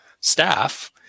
staff